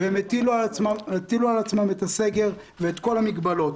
הם הטילו על עצמם את הסגר ואת כל המגבלות.